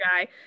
guy